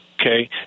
Okay